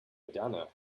moderner